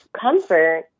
comfort